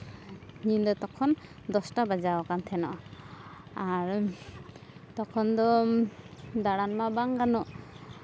ᱧᱤᱫᱟᱹ ᱛᱚᱠᱷᱚᱱ ᱫᱚᱥᱴᱟ ᱵᱟᱡᱟᱣ ᱟᱠᱟᱱ ᱛᱟᱦᱮᱱᱟ ᱟᱨ ᱛᱚᱠᱷᱚᱱ ᱫᱚ ᱫᱟᱬᱟᱱ ᱢᱟ ᱵᱟᱝ ᱜᱟᱱᱚᱜ